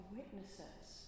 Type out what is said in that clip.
witnesses